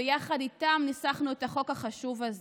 ויחד איתם ניסחנו את החוק החשוב הזה.